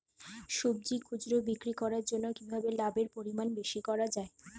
সবজি খুচরা বিক্রি করার সময় কিভাবে লাভের পরিমাণ বেশি করা যায়?